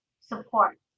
support